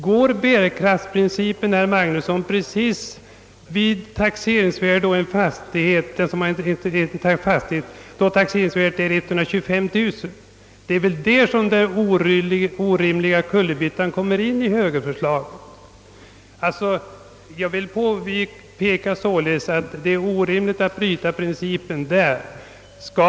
Går bärkraften precis vid ett taxeringsvärde på 125 000 kronor, herr Magnusson? Det är enligt min mening orimligt att påstå det. Det är här som högerförslaget innebär en kullerbytta: det bryter principen med en gång.